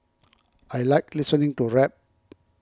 I like listening to rap